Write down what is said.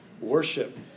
worship